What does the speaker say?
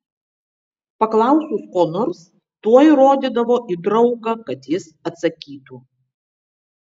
paklausus ko nors tuoj rodydavo į draugą kad jis atsakytų